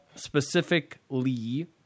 specifically